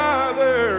Father